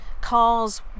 cars